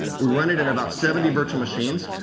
we run it in about seventy virtual machines.